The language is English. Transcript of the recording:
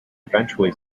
eventually